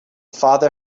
father